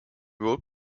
road